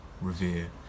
revere